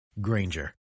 Granger